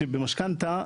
שבמשכנתא,